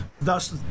thus